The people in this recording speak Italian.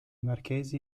marchesi